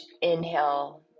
inhale